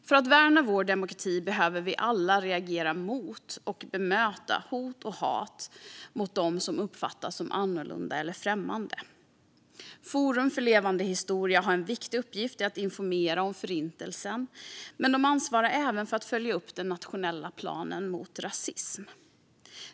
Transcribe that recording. För att värna vår demokrati behöver vi alla reagera mot och bemöta hot och hat mot dem som uppfattas som annorlunda eller främmande. Forum för levande historia har en viktig uppgift i att informera om Förintelsen, men de ansvarar även för att följa upp den nationella planen mot rasism.